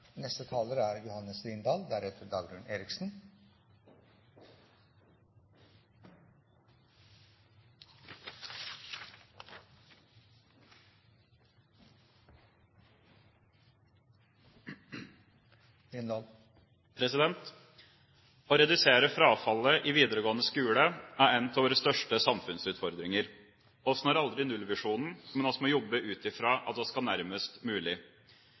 Å redusere frafallet i videregående skole er en av våre største samfunnsutfordringer. Vi når aldri nullvisjonen, men vi må jobbe ut fra at vi skal nærmest mulig.